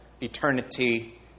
eternity